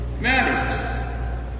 matters